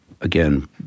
again